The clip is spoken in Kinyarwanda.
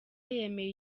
yemeye